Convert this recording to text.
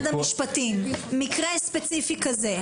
מקרה ספציפי כזה,